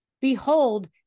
Behold